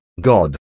God